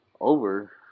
over